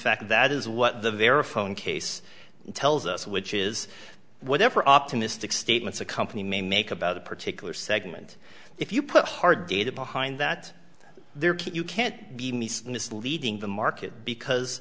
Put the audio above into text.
fact that is what the vera phone case tells us which is whatever optimistic statements a company may make about a particular segment if you put hard data behind that there can you can't be nice misleading the market because